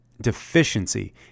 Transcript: deficiency